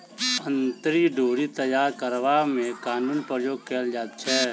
अंतरी डोरी तैयार करबा मे नूनक प्रयोग कयल जाइत छै